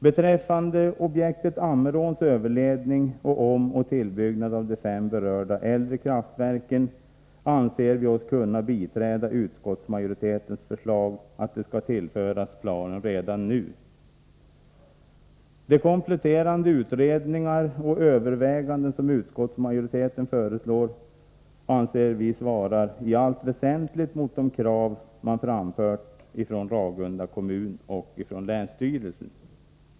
Beträffande objektet Ammeråns överledning och omoch tillbyggnad av de fem berörda äldre kraftverken, anser vi oss kunna biträda utskottsmajori tetens förslag, att detta skall tillföras planen redan nu. De kompletterande utredningar och överväganden som utskottsmajoriteten föreslår anser vi i allt väsentligt svara mot de krav man framfört från Ragunda kommun och från länsstyrelsen.